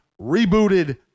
rebooted